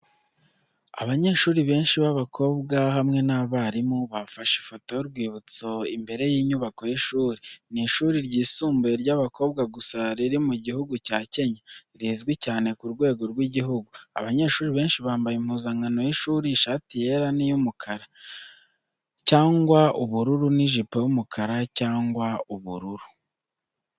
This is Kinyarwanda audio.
Abanyeshuri benshi b’abakobwa hamwe n’abarimu, bafashe ifoto y’urwibutso imbere y’inyubako y’ishuri. Ni ishuri ryisumbuye ry’abakobwa gusa riri mu gihugu cya Kenya, rizwi cyane ku rwego rw’igihugu. Abanyeshuri benshi bambaye impuzankano y'ishuri ishati yera na y’umukara cyangwa ubururu, n’ijipo y’umukara cyangwa ubururu.